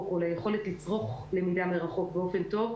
או ליכולת לצרוך למידה מרחוק באופן טוב,